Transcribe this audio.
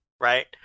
right